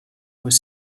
was